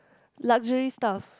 luxury stuff